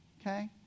okay